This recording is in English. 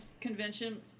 Convention